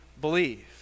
believe